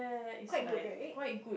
quite good right